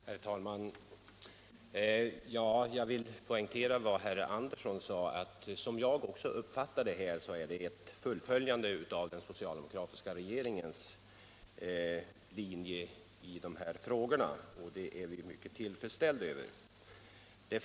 Herr talman! Jag vill poängtera vad herr Andersson i Gamleby sade. Jag har också uppfattat bostadsministern så, att vad som nu kommer att ske innebär ett fullföljande av den socialdemokratiska regeringens linje, något som jag är mycket tillfredsställd med.